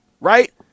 right